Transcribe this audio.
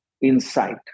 insight